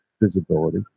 visibility